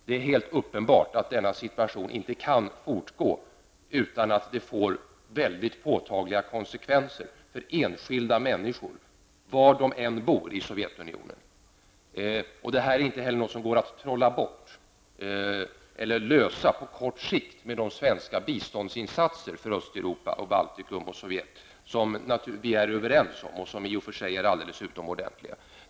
Det är helt uppenbart att denna situation inte kan fortgå utan att det får väldigt påtagliga konsekvenser för enskilda människor, var de än bor i Sovjetunionen. Det här är heller inte något som går att trolla bort eller lösa på kort sikt med de svenska biståndsinsatser för Östeuropa, Baltikum och Sovjet som vi är överens om och som i och för sig är alldeles utomordentliga.